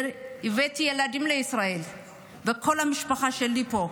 הבאתי ילדים בישראל וכל המשפחה שלי פה.